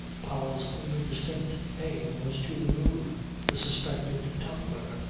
powell's only distinct aim was to remove the suspected tumbler.